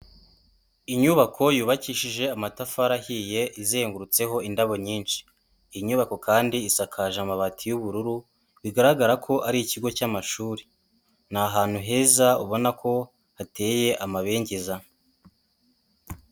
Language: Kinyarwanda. Inyubako yubakishije amatafari ahiye, izengurutseho indabo nyinshi, iyi nyubako kandi isakaje amabati y'ubururu, bigaragara ko ari ikigo cy'amashuri, ni ahantu heza ubona ko hateye amabengeza.